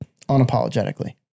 unapologetically